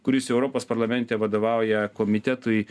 kuris europos parlamente vadovauja komitetui